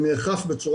אין איפה